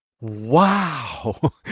wow